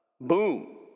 boom